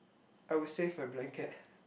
I would save my blanket